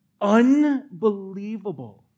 unbelievable